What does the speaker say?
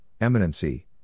eminency